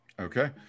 Okay